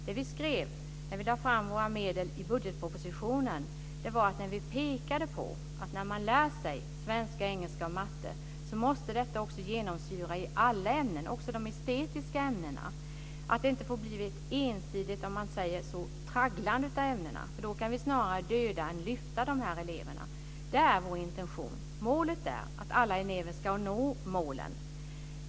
Det vi skrev när vi lade fram våra medel i budgetpropositionen var detta: Vi pekade på att svenska, engelska och matte måste genomsyra alla ämnen - också de estetiska ämnena - när man lär sig dem. Det får inte bli ett ensidigt tragglande av ämnena, för då kan vi snarare sänka än lyfta dessa elever. Det är vår intention. Målet är att alla elever ska nå målen.